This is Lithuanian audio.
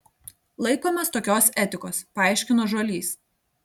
laikomės tokios etikos paaiškino žuolys